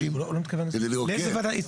אבל אני נתפס יותר למילה שאמר בשקט שלו ובאופן שלו